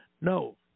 No